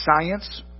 science